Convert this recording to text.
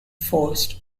forced